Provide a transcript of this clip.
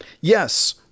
Yes